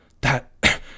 That-